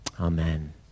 Amen